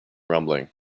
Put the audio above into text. rumbling